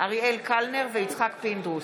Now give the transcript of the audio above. אריאל קלנר ויצחק פינדרוס